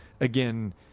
again